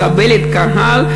מקבלת קהל,